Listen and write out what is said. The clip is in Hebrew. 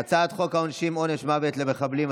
על הצעת חוק העונשין (עונש מוות למחבלים),